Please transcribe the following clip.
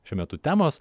šiuo metu temos